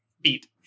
beat